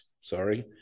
sorry